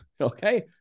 Okay